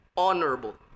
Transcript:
Honorable